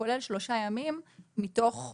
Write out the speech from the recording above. וכולל שלושה ימים מתוך שבעה,